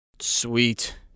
Sweet